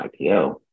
IPO